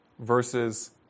versus